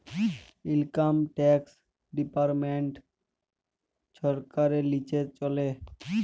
income tax department ছরকারের লিচে চলে